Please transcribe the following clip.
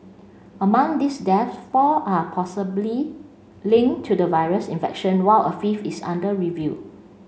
among these deaths four are possibly linked to the virus infection while a fifth is under review